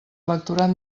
electorat